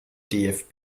dfb